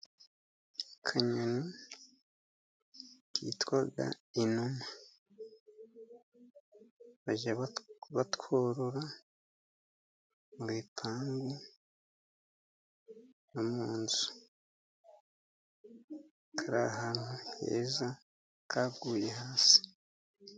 Akanyoni kitwa inuma bajya batworora mu bipangu no munzu, kari ahantu heza, kaguye hasi.